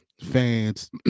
Fans